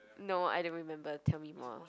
no I don't remember tell me more